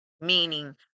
meaning